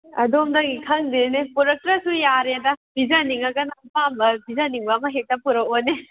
ꯑꯗꯣꯝꯗꯒꯤ ꯈꯪꯗꯦꯅꯦ ꯄꯨꯔꯛꯇ꯭ꯔꯁꯨ ꯌꯥꯔꯦꯗ ꯄꯤꯖꯅꯤꯡꯂꯒꯅ ꯑꯄꯥꯝꯕ ꯄꯤꯖꯅꯤꯡꯕ ꯑꯃ ꯍꯦꯛꯇ ꯄꯨꯔꯛꯂꯣꯅꯦ